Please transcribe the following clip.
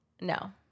No